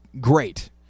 great